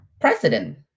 president